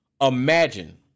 Imagine